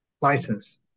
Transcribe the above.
license